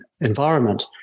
environment